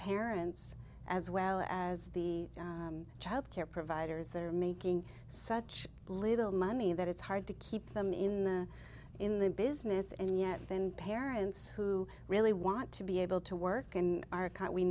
parents as well as the childcare providers that are making such little money that it's hard to keep them in the in the business and yet then parents who really want to be able to work and are we